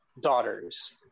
daughters